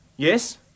Yes